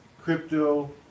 crypto